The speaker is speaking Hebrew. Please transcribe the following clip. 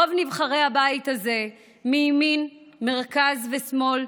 רוב נבחרי הבית הזה, מימין, מרכז ושמאל,